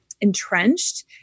entrenched